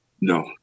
No